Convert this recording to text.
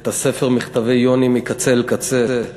את הספר "מכתבי יוני" מקצה אל קצה,